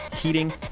heating